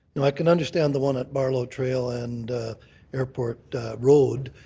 and like can understand the one at barlow trail and airport road.